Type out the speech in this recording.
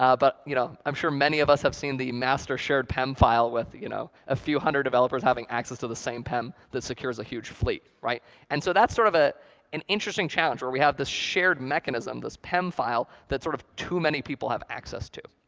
ah but you know i'm sure many of us have seen the master shared pem file with you know a few hundred developers having access to the same pem that secures a huge fleet. and so that's sort of ah an interesting challenge where we have this shared mechanism, this pem file, that sort of too many people have access to.